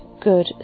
good